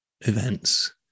events